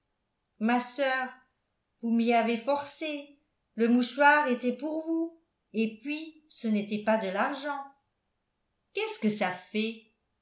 ma soeur vous m'y avez forcée le mouchoir était pour vous et puis ce n'était pas de l'argent qu'est-ce que ça fait